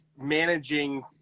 managing